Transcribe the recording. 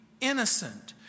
innocent